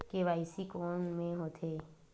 KYC कोन में होथे?